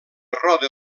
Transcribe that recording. roda